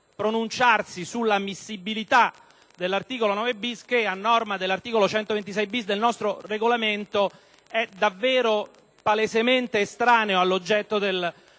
pronunciarsi sull’ammissibilita dell’articolo 9-bis che, a norma dell’articolo 126-bis del nostro Regolamento, edavvero palesemente estraneo all’oggetto del